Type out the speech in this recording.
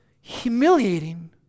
humiliating